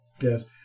Yes